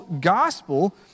gospel